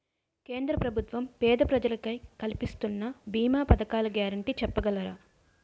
కేంద్ర ప్రభుత్వం పేద ప్రజలకై కలిపిస్తున్న భీమా పథకాల గ్యారంటీ చెప్పగలరా?